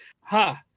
ha